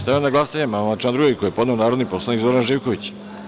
Stavljam na glasanje amandman na član 2. koji je podneo narodni poslanik Zoran Živković.